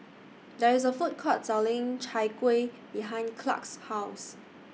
There IS A Food Court Selling Chai Kueh behind Clark's House